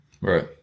Right